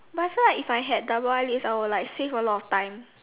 but I feel like if I had double eyelids I will like save a lot of time